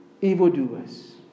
evildoers